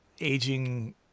aging